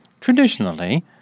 Traditionally